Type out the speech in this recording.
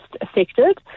affected